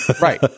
Right